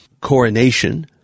coronation